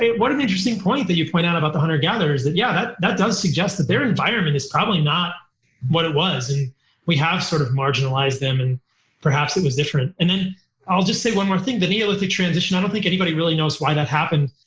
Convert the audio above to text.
what an interesting point that you've pointed out about the hunter-gatherers, that yeah, that that does suggest that their environment is probably not what it was, and we have sort of marginalized them and perhaps it was different. and then i'll just say one more thing. the neolithic transition, i don't think anybody really knows why that happened.